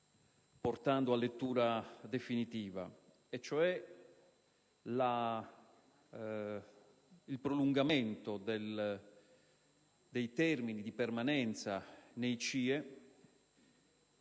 portando a lettura definitiva, cioè il prolungamento dei termini di permanenza nei CIE,